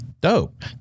Dope